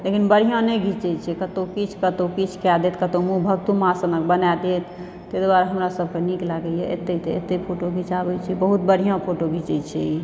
लेकिन बढ़िऑं नहि घिचै छै कतौ किछु कतौ किछु कए देत कतौ मुँह तुम्बा सनक बना देत तै दुआरे हमरा सबके नीक लागैया एतय तऽ एतय फोटो घिचाबै छी बहुत बढ़िऑंफोटो घिचै छै ई